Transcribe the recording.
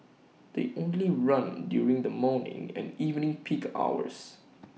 they only run during the morning and evening peak hours